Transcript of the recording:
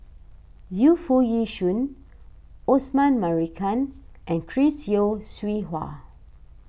Yu Foo Yee Shoon Osman Merican and Chris Yeo Siew Hua